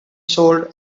sold